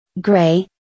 Gray